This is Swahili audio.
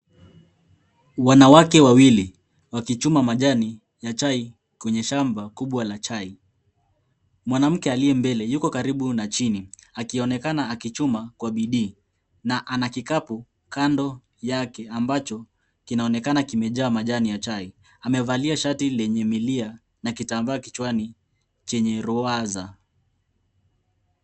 Wanawake wawili wakichuma majani ya chai kwenye shamba kubwa la chai, mwanamke aliye mbele yuko karibu na chini akionekana akichuma kwa bidii na ana kikapu kando yake ambacho kinaonekana kimejaa majani ya chai, amevalia shati ile yenye milia na kitambaa kichwani chenye ruhuwaza.